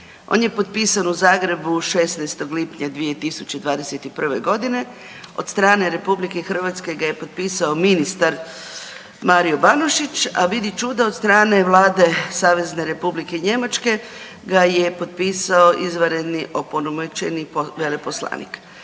On je potpisan u Zagrebu, 16. lipnja 2021. godine, od strane Republike Hrvatske ga je potpisao ministar Mario Banožić, a vidi čuda od strane Vlade Savezne Republike Njemačke ga je potpisao izvanredni opunomoćeni veleposlanik.